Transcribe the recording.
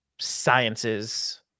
sciences